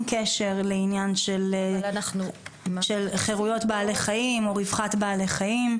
קשר לעניין של חירויות בעלי חיים או רווחת בעלי חיים.